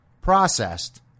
processed